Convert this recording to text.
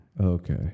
Okay